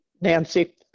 Nancy